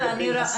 לגבי הסעה.